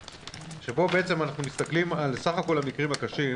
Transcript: שבו אנחנו מסתכלים על סך כול המקרים הקשים